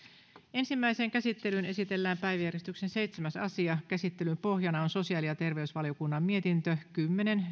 ensimmäiseen käsittelyyn esitellään päiväjärjestyksen seitsemäs asia käsittelyn pohjana on sosiaali ja terveysvaliokunnan mietintö kymmenen